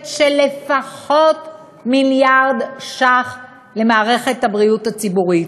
של לפחות מיליארד ש"ח למערכת הבריאות הציבורית.